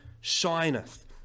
shineth